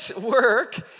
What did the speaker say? work